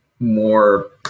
more